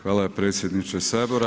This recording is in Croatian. Hvala predsjedniče Sabora.